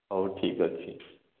ହଉ ଠିକ୍ ଅଛି